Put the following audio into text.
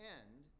end